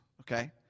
okay